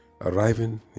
arriving